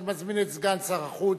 אני מזמין את סגן שר החוץ,